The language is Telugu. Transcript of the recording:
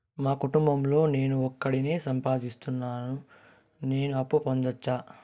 మా కుటుంబం లో నేను ఒకడినే సంపాదిస్తున్నా నేను అప్పు పొందొచ్చా